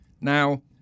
now